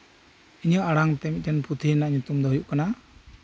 ᱤᱧᱟᱹᱜ ᱟᱲᱟᱝᱛᱮ ᱯᱩᱛᱷᱤ ᱨᱮᱭᱟᱜ ᱧᱩᱛᱩᱢ ᱫᱚ ᱦᱩᱭᱩᱜ ᱠᱟᱱᱟ